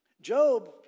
Job